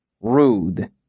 Rude